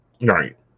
Right